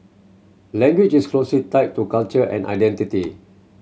language is closely tied to culture and identity